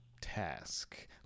task